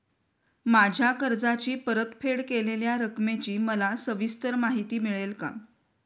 माझ्या कर्जाची परतफेड केलेल्या रकमेची मला सविस्तर माहिती मिळेल का?